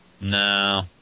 no